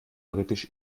britisch